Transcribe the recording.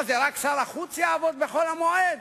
מה, רק שר החוץ יעבוד בחול המועד?